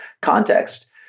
context